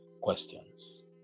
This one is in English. questions